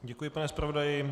Děkuji pane zpravodaji.